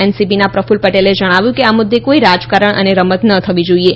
એનસીપીના પ્રફલ્લ પટેલે જણાવ્યું કે આ મુદ્દે કોઈ રાજકારણ અને રમત ન થવી જોઈએ